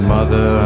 Mother